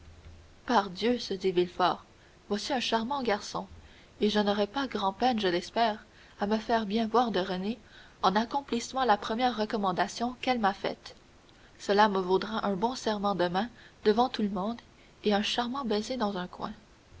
pardieu se dit villefort voici un charmant garçon et je n'aurai pas grand-peine je l'espère à me faire bien venir de renée en accomplissant la première recommandation qu'elle m'a faite cela me vaudra un bon serrement de main devant tout le monde et un charmant baiser dans un coin